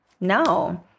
No